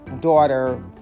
daughter